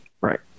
right